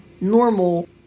normal